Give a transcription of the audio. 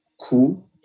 cool